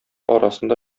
арасында